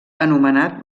anomenat